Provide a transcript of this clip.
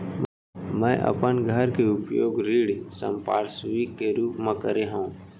मै अपन घर के उपयोग ऋण संपार्श्विक के रूप मा करे हव